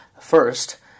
first